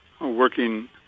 working